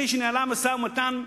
כשאולמרט הציע נסיגה חד-צדדית מהגדה,